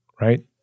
right